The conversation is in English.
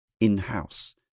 in-house